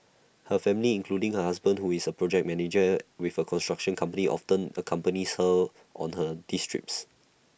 her family including her husband who is A project manager with A construction company often accompanies her on her D trips